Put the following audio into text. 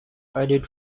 audit